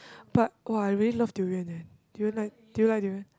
but !wow! I really love durian eh do you like do you like durian